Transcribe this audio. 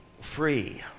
free